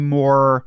more